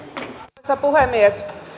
arvoisa puhemies